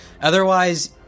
Otherwise